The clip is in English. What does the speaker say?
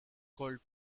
cold